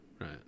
right